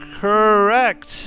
correct